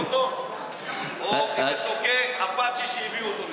באוטו או עם מסוקי אפאצ'י שהביאו אותו לשם?